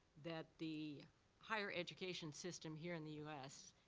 that the higher education system here in the u s.